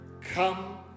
come